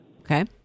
Okay